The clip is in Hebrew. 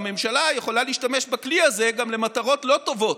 הממשלה יכולה להשתמש בכלי הזה גם למטרות לא טובות,